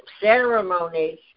ceremonies